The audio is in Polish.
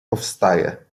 powstaje